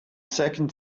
second